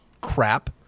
crap